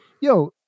yo